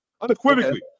Unequivocally